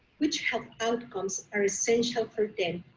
which health outcomes are essential for them,